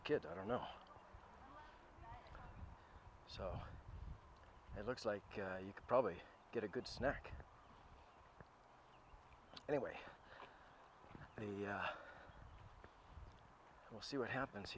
the kid i don't know so it looks like you could probably get a good snack anyway and he will see what happens